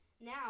now